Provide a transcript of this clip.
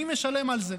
מי משלם על זה?